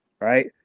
right